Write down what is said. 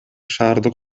шаардык